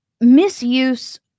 misuse